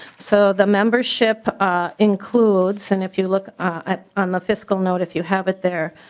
so the membership includes and if you look on the fiscal notes if you have it there